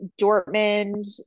Dortmund